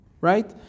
Right